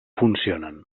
funcionen